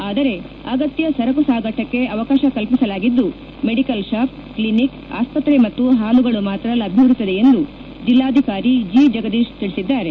ಆದರೆ ಅಗತ್ಯ ಸರಕು ಸಾಗಾಟಕ್ಕೆ ಅವಕಾಶ ಕಲ್ಪಿಸಲಾಗಿದ್ದು ಮೆಡಿಕಲ್ ಶಾಪ್ ಕ್ಷಿನಿಕ್ ಆಸ್ಪತ್ರೆ ಮತ್ತು ಹಾಲುಗಳು ಮಾತ್ರ ಲಭ್ಯವಿರುತ್ತದೆ ಎಂದು ಜೆಲ್ಲಾಧಿಕಾರಿ ಜೆ ಜಗದೀಶ್ ತಿಳಿಸಿದ್ದಾರೆ